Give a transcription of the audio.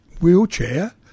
wheelchair